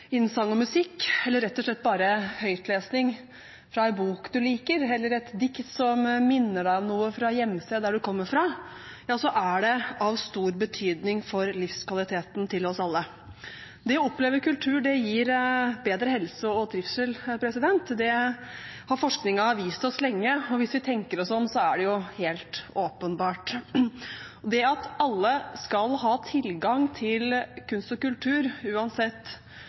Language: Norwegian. sang og musikk, eller det rett og slett bare gjelder høytlesning fra en bok du liker, eller et dikt som minner deg om noe fra hjemstedet ditt, der du kommer fra – er av stor betydning for livskvaliteten til oss alle. Det å oppleve kultur gir bedre helse og bedre trivsel. Det har forskningen vist oss lenge, og hvis vi tenker oss om, er det jo helt åpenbart. Det at alle skal ha tilgang til kunst og kultur uansett